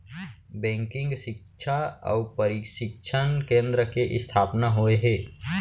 banking सिक्छा अउ परसिक्छन केन्द्र के इस्थापना होय हे